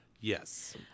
yes